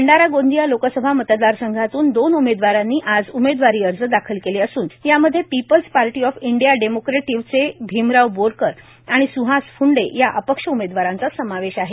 भंडारा गोंदिया लोकसभा मतदार संघातून दोन उमेदवारांनी आज उमेदवारी अर्ज दाखल केलं असून यामध्ये people's party of India democratic चे भिमराव बोरकर आणि स्हास फ्ंडे या अपक्ष उमेदवारांचा समावेश आहे